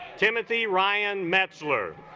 timothy ryan metzler